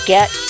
Get